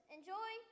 Enjoy